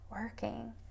working